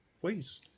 please